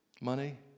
money